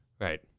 Right